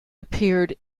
appeared